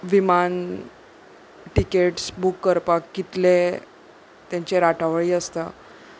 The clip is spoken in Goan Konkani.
विमान टिकेट्स बूक करपाक कितले तांचे राटावळी आसता